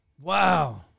Wow